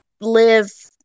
live